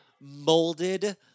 molded